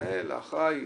המנהל האחראי,